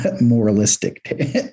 moralistic